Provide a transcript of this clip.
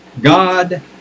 god